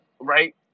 right